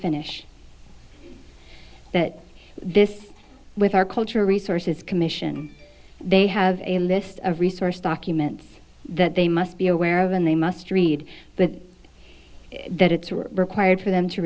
finish that this with our culture resources commission they have a list of resource documents that they must be aware of and they must read that that it's required for them to